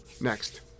next